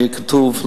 יהיה כתוב,